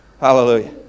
Hallelujah